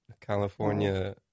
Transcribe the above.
California